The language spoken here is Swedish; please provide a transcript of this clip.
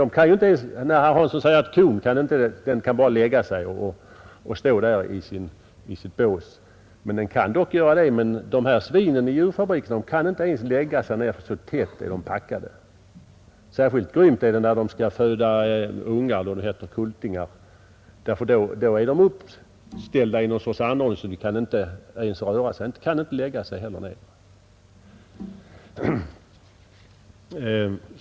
Herr Hansson säger att kon bara kan lägga sig ned eller stå där i sitt bås. Den kan dock lägga sig, men svinen i djurfabrikerna kan inte ens göra det. Så tätt är de packade. Särskilt grymt är detta när de skall föda kultingar, då de är uppställda i någon sorts anordning, där de inte kan röra sig och heller inte lägga sig ned.